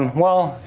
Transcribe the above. well,